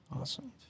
Awesome